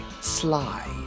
sly